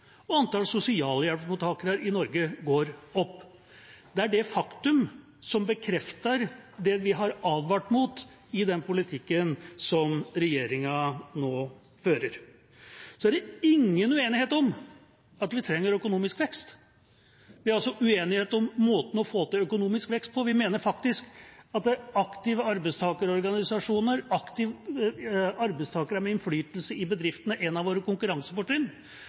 og antall sosialhjelpsmottakere i Norge går opp. Det er et faktum som bekrefter det vi har advart mot, i den politikken som regjeringen nå fører. Det er ingen uenighet om at vi trenger økonomisk vekst. Det er uenighet om måten å få til økonomisk vekst på – vi mener faktisk at aktive arbeidstakerorganisasjoner og arbeidstakere med innflytelse i bedriftene er et av våre konkurransefortrinn,